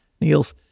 Niels